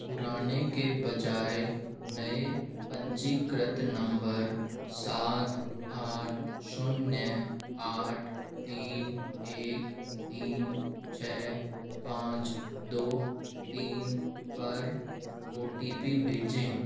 पुराने के बजाय नए पंजीकृत नंबर सात आठ शून्य आठ तीन एक तीन छह पाँच दो तीन पर ओ टी पी भेजें